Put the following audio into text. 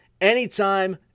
anytime